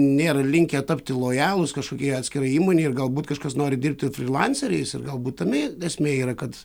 nėra linkę tapti lojalūs kažkokie atskira įmonė ir galbūt kažkas nori dirbti frilanceriais ir galbūt tame esmė yra kad